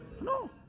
No